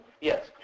Yes